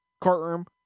courtroom